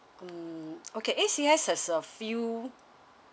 mm okay A_C_S has a few